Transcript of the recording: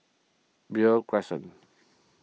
Beo Crescent